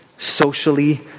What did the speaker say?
Socially